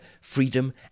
freedom